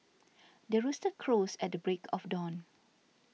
the rooster crows at the break of dawn